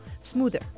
smoother